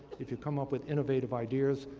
if you come up with innovative ideas,